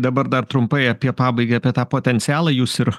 dabar dar trumpai apie pabaigą apie tą potencialą jūs ir